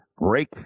break